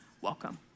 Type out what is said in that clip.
welcome